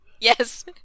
Yes